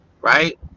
right